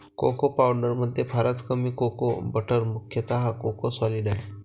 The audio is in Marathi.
कोको पावडरमध्ये फारच कमी कोको बटर मुख्यतः कोको सॉलिड आहे